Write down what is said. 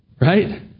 Right